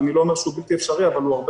אני לא אומר שהוא בלתי אפשרי אבל הוא הרבה